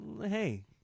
hey